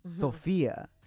Sofia